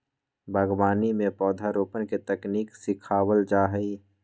बागवानी में पौधरोपण के तकनीक सिखावल जा हई